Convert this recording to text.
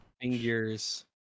Fingers